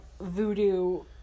voodoo